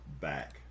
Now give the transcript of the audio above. back